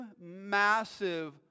massive